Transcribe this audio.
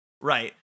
right